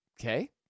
Okay